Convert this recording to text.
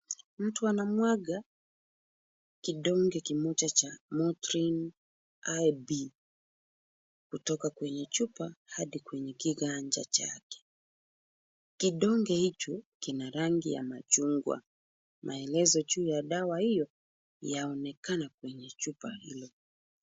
Mtu anamwaga kidonge kimoja cha motrine IB kutoka kwenye chupa hadi kwenye kiganja chake. Kidonge hicho kina rangi ya machungwa. Maelezo juu ya dawa hiyo yaonekana kwenye chupa hilo.